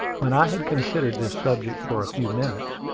when i had considered this subject for a few minutes,